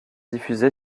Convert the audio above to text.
diffusé